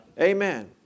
Amen